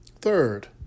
Third